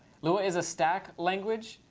lua is a stack language.